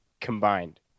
combined